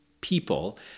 people